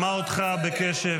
שמע אותך בקשב.